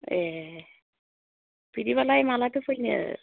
ए बिदिबालाय मालाथो फैनो